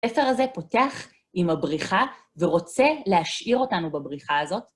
הספר הזה פותח עם הבריחה ורוצה להשאיר אותנו בבריחה הזאת.